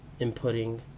inputting